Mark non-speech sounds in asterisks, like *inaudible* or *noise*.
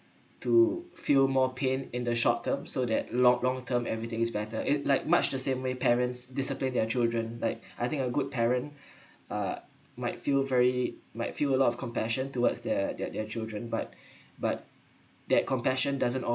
to feel more pain in the short term so that long long term everything's better it like much to say many parents discipline their children like I think a good parent *breath* uh might feel very might feel a lot of compassion towards their their their children but *breath* but that compassion doesn't